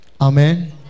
Amen